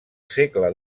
segle